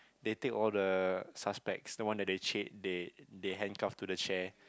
they take all the suspects the one that they cha~ they they handcuff to the chair